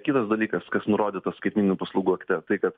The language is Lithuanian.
kitas dalykas kas nurodyta skaitmeninių paslaugų akte tai kad